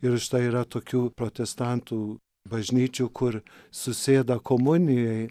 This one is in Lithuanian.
ir štai yra tokių protestantų bažnyčių kur susėda komunijai